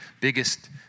biggest